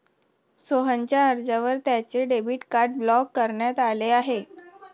सोहनच्या अर्जावर त्याचे डेबिट कार्ड ब्लॉक करण्यात आले आहे